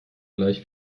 gleich